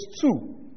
two